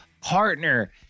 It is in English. Partner